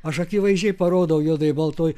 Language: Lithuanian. aš akivaizdžiai parodau juodai baltoj